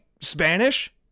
Spanish